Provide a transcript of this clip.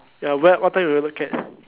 ya where what time would you look at